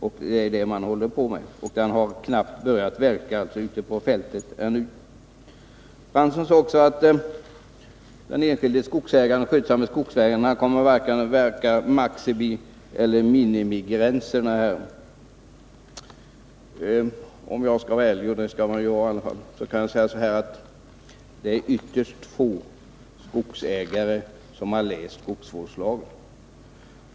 Man arbetar nu för att åstadkomma detta. Lagen har knappt börjat verka ute på fältet ännu. Jan Fransson sade också att de enskilda skötsamma skogsägarna inte kommer att komma i närheten varken av maximieller minimigränserna. Om jag skall vara ärlig — och det skall man vara — kan jag säga att ytterst få skogsägare har läst skogsvårdslagen.